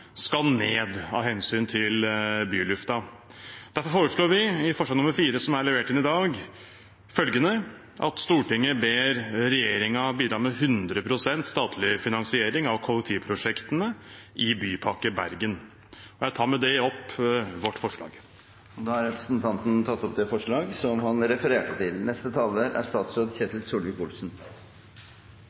skal ned av hensyn til byluften. Derfor foreslår vi følgende i forslag nr. 4, som er levert inn i dag: «Stortinget ber regjeringen bidra med 100 pst. statlig finansiering av kollektivprosjektene i Bypakke Bergen.» Jeg tar med det opp vårt forslag. Representanten Bjørnar Moxnes har tatt opp det forslaget han refererte til.